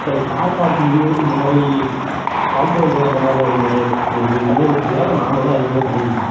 sir ஒரு car பார்க்கிங்கு இந்த மாதிரி காம்பவுண்டு அந்த மாதிரில்லாம் எதுவும் நிறைய நீங்கள் பண்ணிக் கொடுத்துடுவீங்களா இல்லை நாங்கள் தான் எல்லாமே பண்ணிக்கணுமா